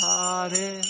Hare